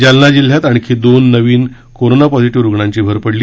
जालना जिल्ह्यात आणखी दोन नवीन कोरोना ॉझिटिव्ह रुग्णांची भर डली